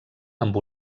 amb